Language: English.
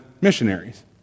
missionaries